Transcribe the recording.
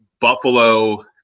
Buffalo